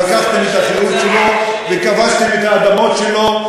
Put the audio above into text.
שלקחתם את החירות שלו וכבשתם את האדמות שלו,